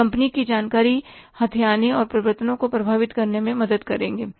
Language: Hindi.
वे कंपनी को जानकारी हथियाने और परिवर्तनों को प्रभावित करने में मदद करेंगे